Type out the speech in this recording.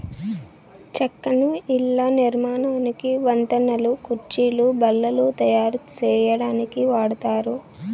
చెక్కను ఇళ్ళ నిర్మాణానికి, వంతెనలు, కుర్చీలు, బల్లలు తాయారు సేయటానికి వాడతారు